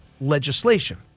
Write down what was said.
legislation